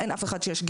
אין אף אחד שישגיח.